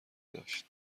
داشت